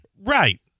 Right